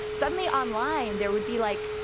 suddenly online, there would be like,